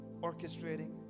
orchestrating